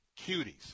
Cuties